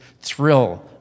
thrill